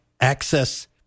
access